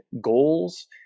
goals